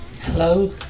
Hello